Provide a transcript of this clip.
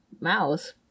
mouse